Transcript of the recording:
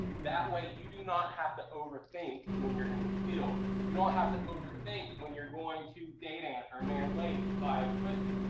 that way, you do not have to overthink when you're in the field. you don't have to overthink when you're going to dadent or mann lake to buy equipment.